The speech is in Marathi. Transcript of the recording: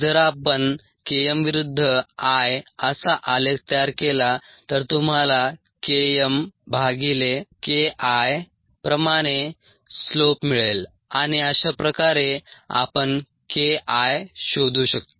जर आपण Km विरुद्ध I असा आलेख तयार केला तर तुम्हाला KmKI प्रमाणे स्लोप मिळेल आणि अशा प्रकारे आपण KI शोधू शकतो